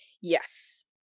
Yes